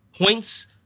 Points